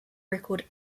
record